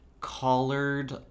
collared